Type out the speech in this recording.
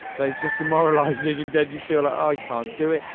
that it's just demoralizing that you feel i can't do it.